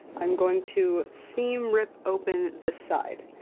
i'm going to seam rip open this side,